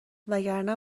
وگرنه